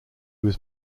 was